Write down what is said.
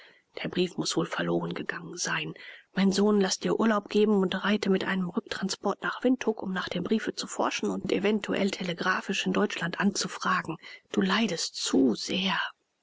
der brief muß wohl verloren gegangen sein mein sohn laß dir urlaub geben und reite mit einem rücktransport nach windhuk um nach dem briefe zu forschen und eventuell telegraphisch in deutschland anzufragen du leidest zu sehr